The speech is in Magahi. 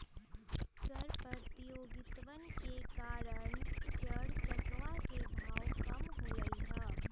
कर प्रतियोगितवन के कारण चर चकवा के भाव कम होलय है